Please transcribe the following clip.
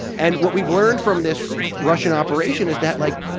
and what we've learned from this russian operation is that like,